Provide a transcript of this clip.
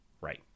Right